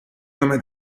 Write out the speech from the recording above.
nome